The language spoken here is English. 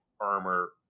armor